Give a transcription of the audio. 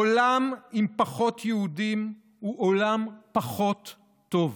עולם עם פחות יהודים הוא עולם פחות טוב.